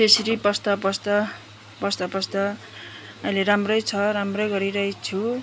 त्यसरी बस्दा बस्दा बस्दा बस्दा अहिले राम्रै छ राम्रै गरिरहेको छु